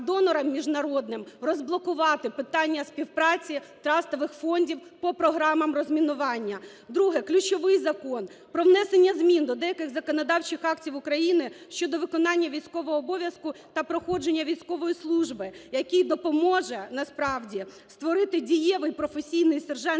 Друге – ключовий закон: про внесення змін до деяких законодавчих актів України щодо виконання військового обов'язку та проходження військової служби, який допоможе насправді створити дієвий професійний сержантський